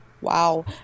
Wow